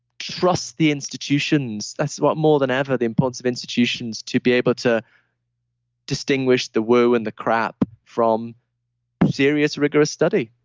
trust the institutions. that's what more than ever the importance of institutions to be able to distinguish the woo woo and the crap from serious rigorous study.